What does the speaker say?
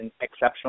exceptional